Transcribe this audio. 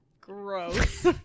Gross